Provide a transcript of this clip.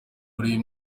uyu